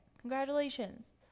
Congratulations